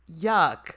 yuck